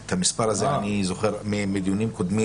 את המספר הזה אני זוכר מדיונים קודמים.